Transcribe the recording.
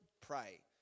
pray